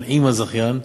הזכיין,